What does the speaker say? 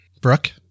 Brooke